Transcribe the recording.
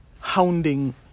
hounding